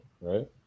right